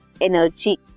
energy